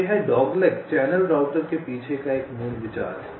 तो यह dogleg channel router के पीछे का मूल विचार है